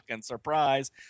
surprise